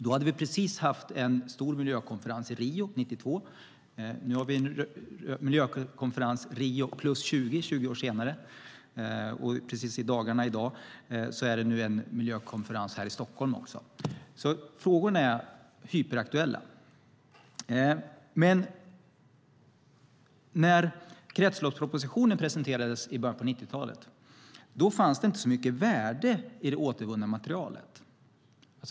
Vi hade då precis haft en stor miljökonferens i Rio 1992. Nu, 20 år senare, har vi en miljökonferens, Rio + 20. Precis i dagarna pågår också en miljökonferens här i Stockholm. Frågorna är alltså hyperaktuella. När kretsloppspropositionen presenterades i början av 90-talet fanns det inte så mycket värde i det återvunna materialet.